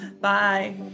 Bye